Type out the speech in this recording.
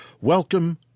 welcome